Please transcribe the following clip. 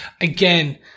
again